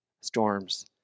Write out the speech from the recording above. storms